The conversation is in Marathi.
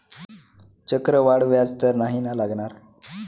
चक्रवाढ व्याज तर नाही ना लागणार?